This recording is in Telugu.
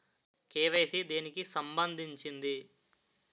కే.వై.సీ దేనికి సంబందించింది?